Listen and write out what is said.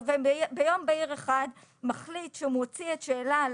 וביום בהיר אחד היה מחליט שהוא מוציא את השאלה על